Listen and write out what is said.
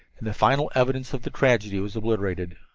and the final evidence of the tragedy was obliterated.